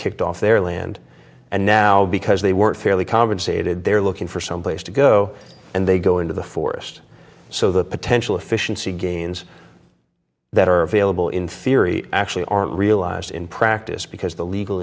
kicked off their land and now because they weren't fairly compensated they're looking for someplace to go and they go into the forest so the potential efficiency gains that are available in theory actually aren't realized in practice because the legal